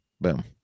Boom